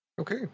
okay